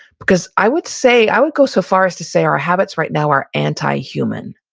because i would say i would go so far as to say our habits, right now, are anti-human.